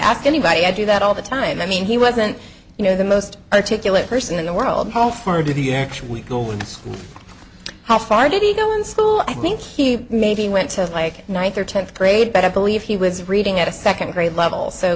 after anybody i do that all the time i mean he wasn't you know the most articulate person in the world home for did he actually go and see how far did he go in school i think he maybe went to like ninth or tenth grade but i believe he was reading at a second grade level so